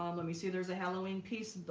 um let me see. there's a halloween piece.